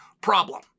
problem